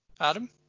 Adam